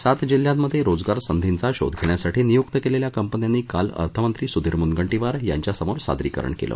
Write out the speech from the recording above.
राज्यातल्या सात जिल्ह्यांमध्ये रोजगार संधींचा शोध घेण्यासाठी नियुक्त केलेल्या कंपन्यांनी काल अर्थमंत्री सुधीर मुनगंटीवार यांच्यासमोर सादरीकरण केलं